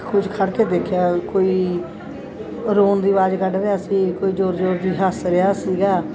ਕੁਝ ਖੜ੍ਹ ਕੇ ਦੇਖਿਆ ਕੋਈ ਰੋਣ ਦੀ ਆਵਾਜ਼ ਕੱਢ ਰਿਹਾ ਸੀ ਕੋਈ ਜ਼ੋਰ ਜ਼ੋਰ ਦੀ ਹੱਸ ਰਿਹਾ ਸੀਗਾ